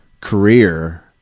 career